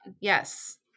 Yes